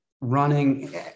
running